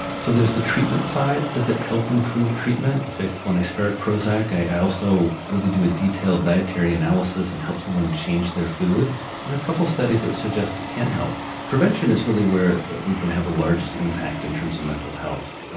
so the treatment side, does it help improve treatment if if when i start prozac i also do a detailed dietary analysis and help someone change their food? there are a couple studies that suggest it can help prevention is really where we can have the largest impact in terms of mental health.